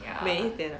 美一点 ah